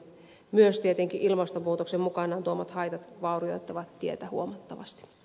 myös tietenkin ilmastonmuutoksen mukanaan tuomat haitat vaurioittavat tietä huomattavasti